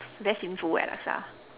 very sinful where laksa